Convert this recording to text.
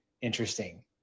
interesting